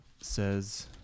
says